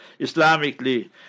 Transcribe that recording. Islamically